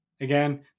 Again